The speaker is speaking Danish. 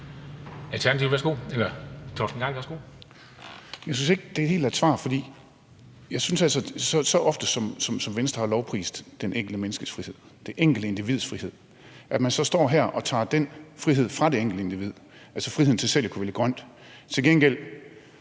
Jeg synes ikke helt, det er et svar. Venstre har så ofte lovprist det enkelte menneskes frihed – det enkelte individs frihed – og at man så står her og tager den frihed fra det enkelte individ, altså friheden til selv at kunne vælge grønt, til gengæld